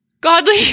godly